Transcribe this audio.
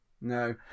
No